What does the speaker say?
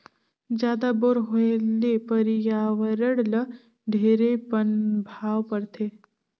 जादा बोर होए ले परियावरण ल ढेरे पनभाव परथे